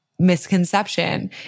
Misconception